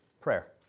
prayer